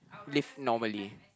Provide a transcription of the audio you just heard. live normally